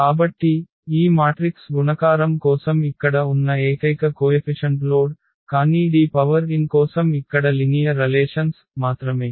కాబట్టి ఈ మాట్రిక్స్ గుణకారం కోసం ఇక్కడ ఉన్న ఏకైక కోయఫిషన్ట్ లోడ్ కానీ D పవర్ n కోసం ఇక్కడ సరళ సంబంధాలు మాత్రమే